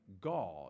God